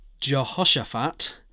Jehoshaphat